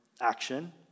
action